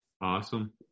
Awesome